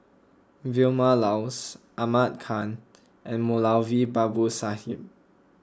Vilma Laus Ahmad Khan and Moulavi Babu Sahib